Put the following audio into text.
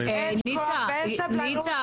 אין כוח ואין סבלנות,